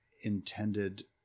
intended